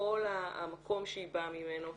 כל המקום שהיא באה ממנו,